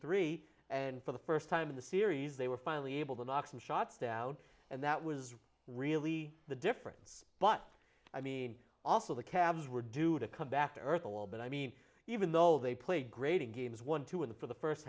three and for the first time in the series they were finally able to knock some shots down and that was really the difference but i mean also the cabs were due to come back to earth a while but i mean even though they play grading games one two in the for the first